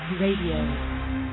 Radio